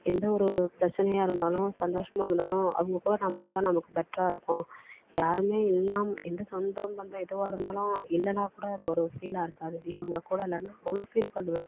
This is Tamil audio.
எந்த ஒரு பிரச்சனையாக இருந்தாலும் சந்தோஷமா இருந்தாலும் அவங்கக் கூட நம்ம இருந்தால் நமக்கு பெட்டரா இருக்கும் யாருமே இல்லாம எந்த சொந்தம்பந்தம் எதுவாக இருந்தாலும் இல்லைனா கூட அது ஒரு ஃபீலாக இருக்காது இவங்க கூட இல்லைனா அவ்வளோ ஃபீல் பண்ணுவோம்